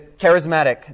charismatic